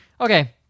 Okay